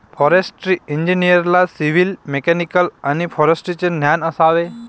forestry इंजिनिअरला civil, mechanical आणि फॉरेस्ट्रीचे ज्ञान असावे